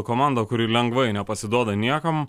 komanda kuri lengvai nepasiduoda niekam